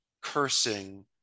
cursing